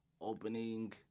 opening